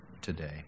today